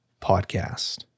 podcast